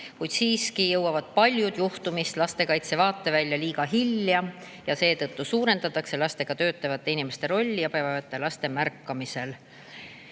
kuid siiski jõuavad paljud juhtumid lastekaitse vaatevälja liiga hilja ja seetõttu suurendatakse lastega töötavate inimeste rolli abi vajavate laste märkamisel.